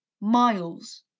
miles